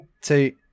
two